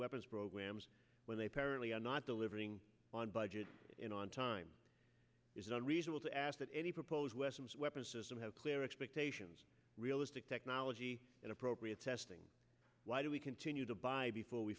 weapons programs when they apparently are not delivering on budget and on time is not reasonable to ask that any proposed wesson's weapons system have clear expectations realistic technology and appropriate testing why do we continue to buy before we